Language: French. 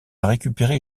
récupérer